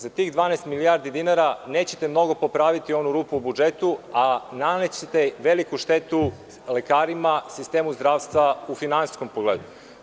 Za tih 12 milijardi dinara nećete mnogo popraviti onu rupu u budžetu, a namećete veliku štetu lekarima, sistemu zdravstva u finansijskom pogledu.